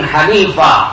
Hanifa